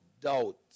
doubt